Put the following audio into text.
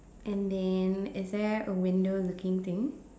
and then is there a window looking thing